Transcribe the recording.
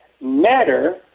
matter